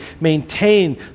maintain